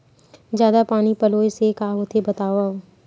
जादा पानी पलोय से का होथे बतावव?